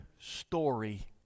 story